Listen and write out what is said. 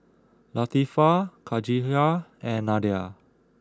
Latifa Khatijah and Nadia